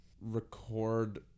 record